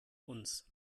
uns